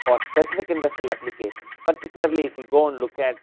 for specific industrial applications particularly if you go and look at